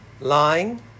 lying